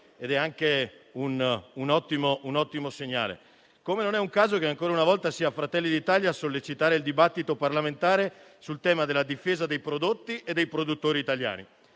ed è anche un ottimo segnale. Come non è un caso che ancora una volta sia Fratelli d'Italia a sollecitare il dibattito parlamentare sul tema della difesa dei prodotti e dei produttori italiani.